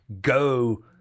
go